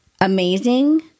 amazing